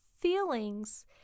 feelings